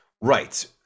right